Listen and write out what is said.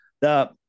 The-